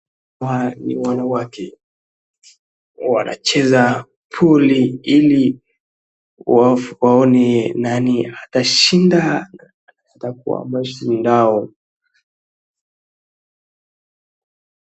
Hawa ni wanawake, wanacheza puli ili waone nani atashinda ata kwa washindao.